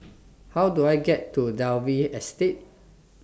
How Do I get to Dalvey Estate